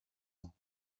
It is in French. ans